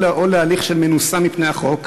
או להליך של מנוסה מפני החוק,